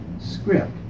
script